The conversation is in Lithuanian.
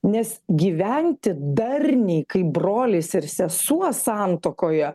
nes gyventi darniai kaip brolis ir sesuo santuokoje